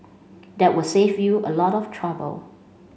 that would save you a lot of trouble